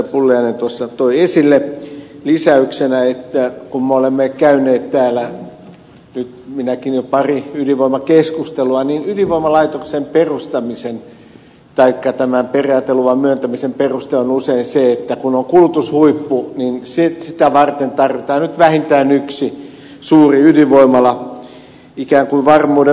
pulliainen tuossa toi esille lisäyksenä että kun me olemme käyneet täällä minäkin jo pari ydinvoimakeskustelua niin ydinvoimalaitoksen perustamisen taikka tämän periaateluvan myöntämisen peruste on usein se että kun on kulutushuippu niin sitä varten tarvitaan nyt vähintään yksi suuri ydinvoimala ikään kuin varmuuden vuoksi